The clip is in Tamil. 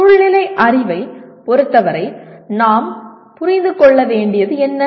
சூழ்நிலை அறிவைப் பொறுத்தவரை நாம் புரிந்து கொள்ள வேண்டியது என்ன